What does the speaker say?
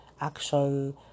action